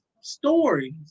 stories